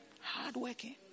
Hard-working